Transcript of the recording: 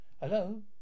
Hello